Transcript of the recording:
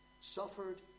suffered